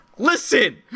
Listen